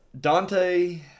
Dante